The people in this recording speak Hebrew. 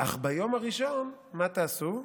אך ביום הראשון" מה תעשו?